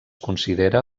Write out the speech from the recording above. considera